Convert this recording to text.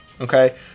Okay